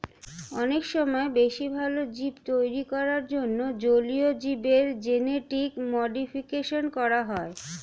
অনেক সময় বেশি ভালো জীব তৈরী করার জন্যে জলীয় জীবের জেনেটিক মডিফিকেশন করা হয়